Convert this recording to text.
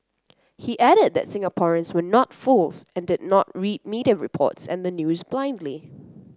he added that Singaporeans were not fools and did not read media reports and the news blindly